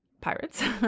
Pirates